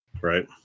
Right